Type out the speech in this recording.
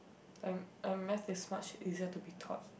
and and maths is much easier to be taught